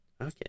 Okay